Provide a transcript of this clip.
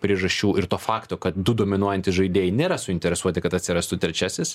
priežasčių ir to fakto kad du dominuojantys žaidėjai nėra suinteresuoti kad atsirastų trečiasis